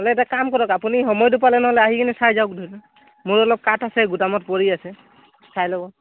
নহ'লে এটা কাম কৰক আপুনি সময়টো পালে নহ'লে আহি কিনে চাই যাক ধৰি মোৰ অলপ কাঠ আছে গুদামত পৰি আছে চাই ল'ব